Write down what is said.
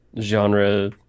genre